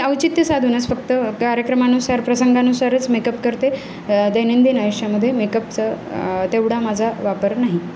मी औचित्य साधूनच फक्त कार्यक्रमानुसार प्रसंगानुसारच मेकअप करते दैनंदिन आयुष्यामध्ये मेकअपचं तेवढा माझा वापर नाही